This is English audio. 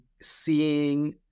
seeing